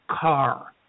car